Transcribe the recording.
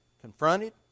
confronted